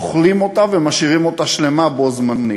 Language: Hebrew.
אוכלים אותה, ומשאירים אותה שלמה בו-זמנית.